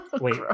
Wait